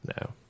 No